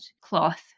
cloth